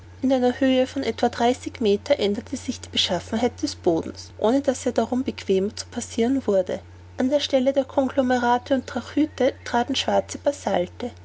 in einer höhe von etwa dreißig meter änderte sich die beschaffenheit des bodens ohne daß er darum bequemer zu passiren wurde an der stelle der conglomerate und trachyte traten schwarze